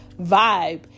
vibe